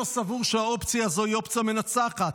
סבור שהאופציה הזאת היא אופציה מנצחת,